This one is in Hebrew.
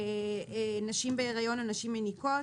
נשים בהיריון או נשים מניקות,